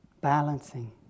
balancing